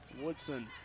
Woodson